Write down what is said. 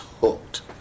hooked